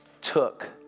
took